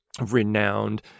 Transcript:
renowned